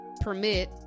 permit